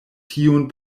tiun